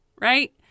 right